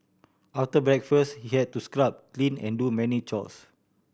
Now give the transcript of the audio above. after breakfast he had to scrub clean and do many chores